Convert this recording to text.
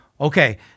Okay